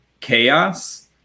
chaos